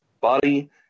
body